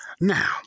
Now